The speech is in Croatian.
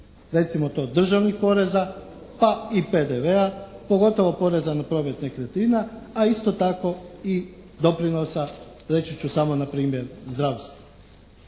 recimo to državnih poreza pa i PDV-a, pogotovo poreza na promet nekretnina a isto tako i doprinosa, reći ću samo na primjer zdravstvo.